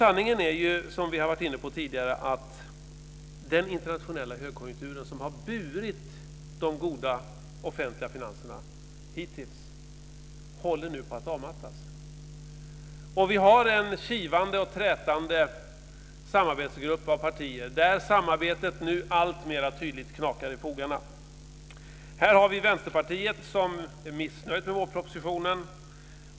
Sanningen är, som vi har varit inne på tidigare, att den internationella högkonjunktur som hittills har burit de goda offentliga finanserna håller nu på att avmattas. Vi har en kivande och trätande samarbetsgrupp av partier där samarbetet nu alltmer tydligt knakar i fogarna. Här har vi Vänsterpartiet som är missnöjt med vårpropositionen.